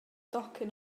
docyn